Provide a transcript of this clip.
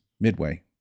Midway